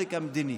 מהנזק המדיני.